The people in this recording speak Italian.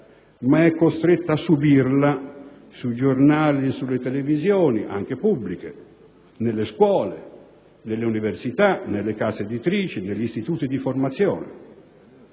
che è costretta a subirla sui giornali e sulle televisioni anche pubbliche, nelle scuole, nelle università, nelle case editrici e negli istituti di formazione.